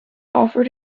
offered